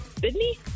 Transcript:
Sydney